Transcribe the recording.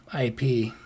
IP